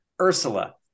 Ursula